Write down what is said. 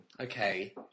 Okay